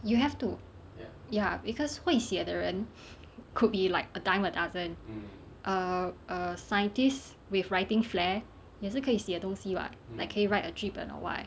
you have to ya because 会写的人 could be like a dime a dozen err err scientists with writing flare 也是可以写东西 [what] like 可以 write a 剧本 or what